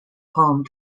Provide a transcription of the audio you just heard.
home